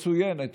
מצוינת,